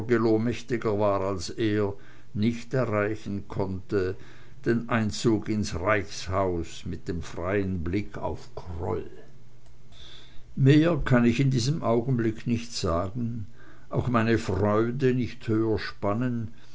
mächtiger war als er nicht erreichen konnte den einzug ins reichshaus mit dem freien blick auf kroll mehr kann ich in diesem augenblick nicht sagen auch meine freude nicht höher spannen